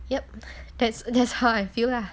yup that's that's how I feel lah